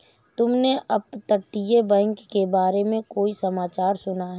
तुमने अपतटीय बैंक के बारे में कोई समाचार सुना है?